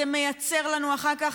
זה מייצר לנו אחר כך,